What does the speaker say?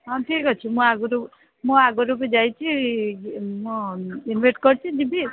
ହଁ ଠିକ୍ ଅଛି ମୁଁ ଆଗରୁ ମୁଁ ଆଗରୁ ବି ଯାଇଛି ମୁଁ କରିବି ଯିବି